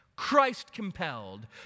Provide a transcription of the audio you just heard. Christ-compelled